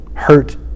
hurt